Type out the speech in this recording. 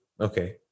Okay